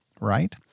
right